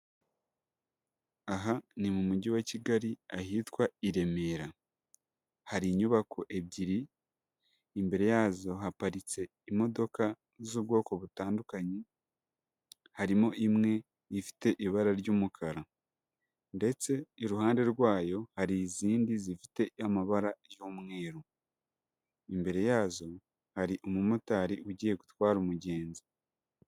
Aha ni mu Mujyi wa Kigali ahitwa i Remera, hari inyubako ebyiri, imbere yazo haparitse imodoka z'ubwoko butandukanye, harimo imwe ifite ibara ry'umukara ndetse iruhande rwayo hari izindi zifite amabara y'umweru, imbere yazo hari umumotari ugiye gutwara umugenzi.